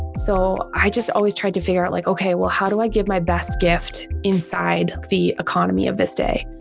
so i just always tried to figure out, like, ok, well, how do i give my best gift inside the economy of this day?